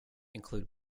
include